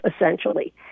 essentially